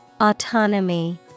Autonomy